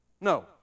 No